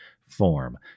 form